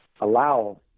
allow